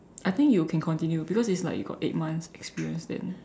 I think you can continue because it's like you got eight months experience then